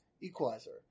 equalizer